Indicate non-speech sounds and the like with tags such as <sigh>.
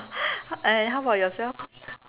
<breath> uh how about yourself